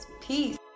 Peace